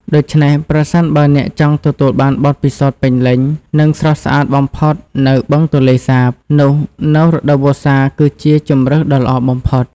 ដូច្នេះ ប្រសិនបើអ្នកចង់ទទួលបានបទពិសោធន៍ពេញលេញ និងស្រស់ស្អាតបំផុតនៅបឹងទន្លេសាប នោះនៅរដូវវស្សាគឺជាជម្រើសដ៏ល្អបំផុត។